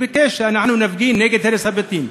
וביקש שאנחנו נפגין נגד הרס הבתים.